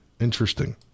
interesting